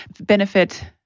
benefit